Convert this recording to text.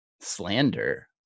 slander